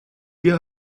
wir